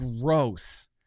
gross